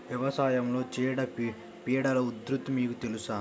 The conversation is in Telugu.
వ్యవసాయంలో చీడపీడల ఉధృతి మీకు తెలుసా?